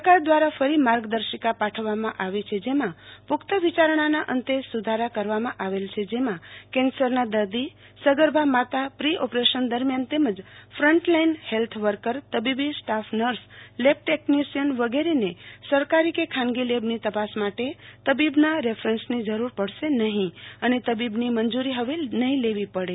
સરકાર દ્વારા ફરી માર્ગદર્શિકા પાઠવવામાં આવી છે જેમાં પુશ્ન વિચારણાના અંત સુધારા કરવામાં આવે છે જેમાં કેન્સરના દર્દી સગરભાા માતા પ્રી ઓપરેશન દરમ્યાન તેમજ ફન્ટલાઈન હેલ્થ વર્કર તબીબી સ્ટાફ નર્સ લેબ ટેકનિશીયન વગેરેને સરકારી કે ખાનગી લેબની તપાસ માટે તબીબના રેફરેન્સની જરુર પડશે નહીં અને તબીબીની મંજૂરી હવે લેવી નહીં પડે